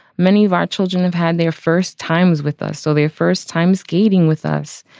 many of our children have had their first times with us. so their first time skating with us,